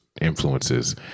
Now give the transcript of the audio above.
influences